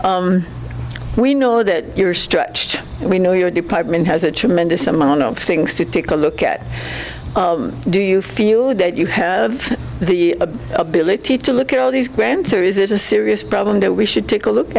question we know that you stretch we know your department has a tremendous amount of things to take a look at do you feel that you have the ability to look at all these grants or is it a serious problem that we should take a look